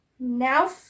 Now